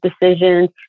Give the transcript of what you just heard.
decisions